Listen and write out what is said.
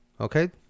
Okay